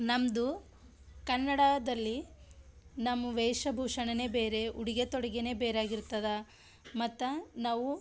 ನಮ್ಮದು ಕನ್ನಡದಲ್ಲಿ ನಮ್ಮ ವೇಷಭೂಷಣವೇ ಬೇರೆ ಉಡುಗೆ ತೊಡುಗೆಯೇ ಬೇರೆ ಆಗಿರ್ತದೆ ಮತ್ತು ನಾವು